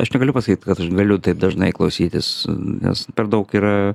aš negaliu pasakyt kad aš galiu taip dažnai klausytis nes per daug yra